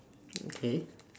okay